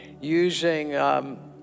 using